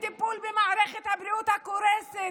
טיפול במערכת הבריאות הקורסת,